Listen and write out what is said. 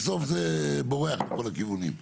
בסוף זה בורח לכל הכיוונים.